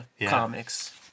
comics